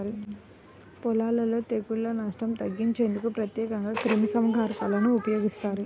పొలాలలో తెగుళ్ల నష్టం తగ్గించేందుకు ప్రత్యేకంగా క్రిమిసంహారకాలను ఉపయోగిస్తారు